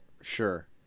Sure